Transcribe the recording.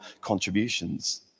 contributions